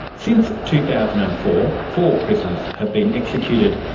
since two thousand and four, four prisoners have been executed.